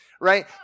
right